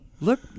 Look